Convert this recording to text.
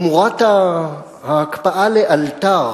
ותמורת ההקפאה לאלתר